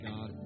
God